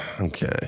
okay